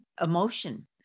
emotion